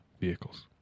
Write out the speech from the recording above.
vehicles